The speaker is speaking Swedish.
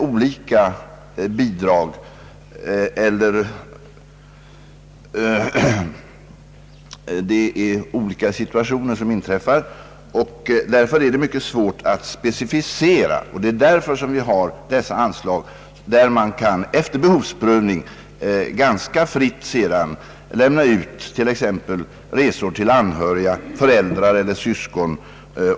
Olika situationer kan uppstå, vilket kan göra det svårt att specificera anslagsändamålen i förväg. Det är därför som dessa anslag finns, av vilka bidrag sedan, efter behovsprövning, ganska fritt kan lämnas ut t.ex. till resor för anhöriga, föräldrar eller syskon.